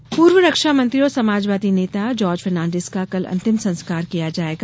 निधन पूर्व रक्षा मंत्री और समाजवादी नेता जार्ज फर्नान्डिस का कल अंतिम संस्कार किया जायेगा